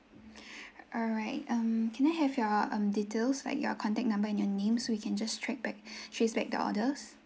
alright um can I have your um details like your contact number and your name so we can just trackback trace back the orders